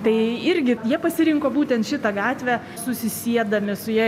tai irgi jie pasirinko būtent šitą gatvę susisiedami su ja